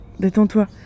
détends-toi